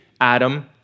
Adam